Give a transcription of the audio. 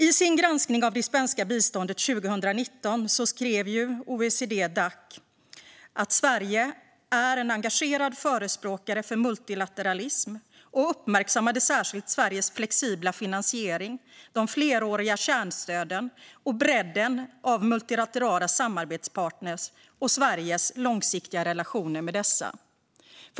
I sin granskning av det svenska biståndet 2019 skrev OECD-Dac att Sverige är en engagerad förespråkare för multilateralism, och man uppmärksammade särskilt Sveriges flexibla finansiering, de fleråriga kärnstöden och bredden av multilaterala samarbetspartner och Sveriges långsiktiga relationer med dessa.